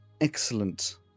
Excellent